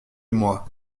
mois